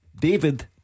David